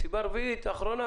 סיבה רביעית ואחרונה